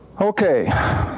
Okay